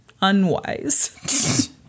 unwise